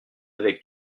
avec